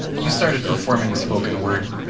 you started performing spoken word,